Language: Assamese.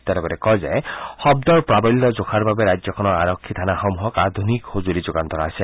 তেওঁ লগতে কয় যে শব্দৰ প্ৰাৱল্য জোখাৰ বাবে ৰাজ্যখনৰ আৰক্ষী থানাসমূহক আধুনিক সঁজুলি যোগান ধৰা হৈছে